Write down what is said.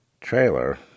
trailer